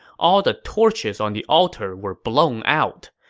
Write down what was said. all the torches on the altar were blown out.